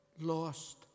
lost